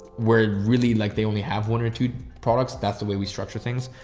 we're really like, they only have one or two products. that's the way we structure things.